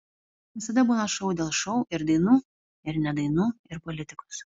visada būna šou dėl šou ir dainų ir ne dainų ir politikos